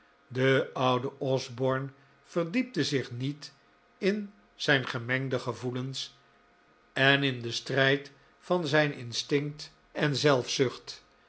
de oude osborne verdiepte zich niet in zijn gemengde gevoelens en in den strijd van zijn instinct en